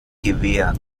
gewehr